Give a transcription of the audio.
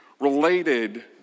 related